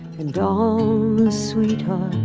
and sweetheart.